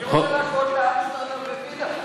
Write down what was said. אני רוצה להשוות לאמסטרדם ולווינה.